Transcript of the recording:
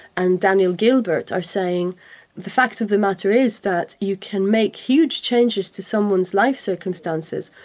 and daniel gilbert are saying the fact of the matter is that you can make huge changes to someone's life circumstances,